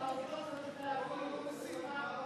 הוא מסית.